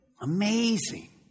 Amazing